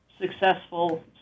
successful